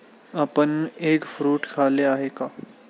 आपण egg fruit खाल्ले आहे का?